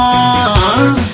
on